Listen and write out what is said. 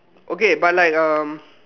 okay but like um